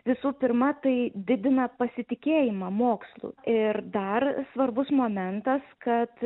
visų pirma tai didina pasitikėjimą mokslu ir dar svarbus momentas kad